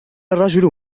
الرجل